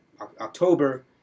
October